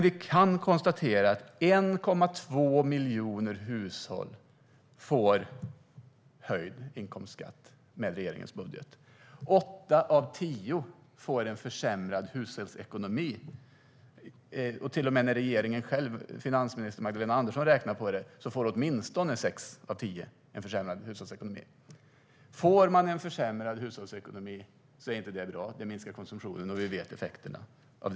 Vi kan dock konstatera att 1,2 miljoner hushåll får höjd inkomstskatt med regeringens budget. Åtta av tio får försämrad hushållsekonomi. Till och med när finansminister Magdalena Andersson själv räknar på det får sex av tio försämrad hushållsekonomi. Försämrad hushållsekonomi är inte bra. Det minskar konsumtionen, och det vet vi effekterna av.